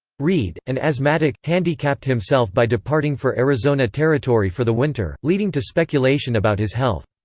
reid, an asthmatic, handicapped himself by departing for arizona territory for the winter, leading to speculation about his health.